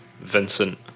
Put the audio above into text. Vincent